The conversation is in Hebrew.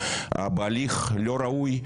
בהליך לא ראוי,